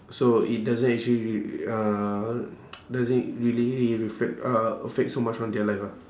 so it doesn't actually uh doesn't really reflect uh affect so much on their life ah